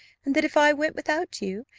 and that if i went without you,